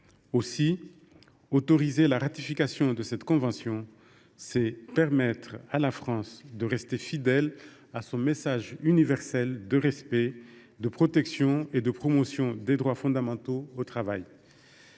Aussi, autoriser la ratification de cette convention permettra à notre pays de rester fidèle à son message universel de respect, de protection et de promotion des droits fondamentaux au travail.